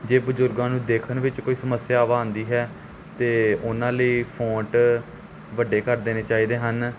ਜੇ ਬਜ਼ੁਰਗਾਂ ਨੂੰ ਦੇਖਣ ਵਿੱਚ ਕੋਈ ਸਮੱਸਿਆਵਾਂ ਆਉਂਦੀ ਹੈ ਤਾਂ ਉਹਨਾਂ ਲਈ ਫੋਂਟ ਵੱਡੇ ਕਰ ਦੇਣੇ ਚਾਹੀਦੇ ਹਨ